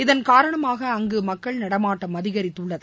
இதன் காரணமாக அங்கு மக்கள் நடமாட்டம் அதிகரித்துள்ளது